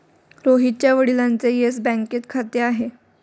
रोहितच्या वडिलांचे येस बँकेत खाते आहे